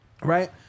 Right